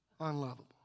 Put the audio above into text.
unlovable